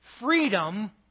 freedom